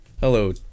Hello